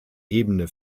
ebene